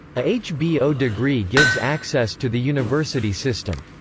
a hbo degree gives access to the university system.